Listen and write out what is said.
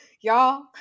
Y'all